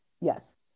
Yes